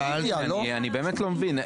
אני באמת לא מבין.